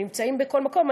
הם נמצאים בכל מקום.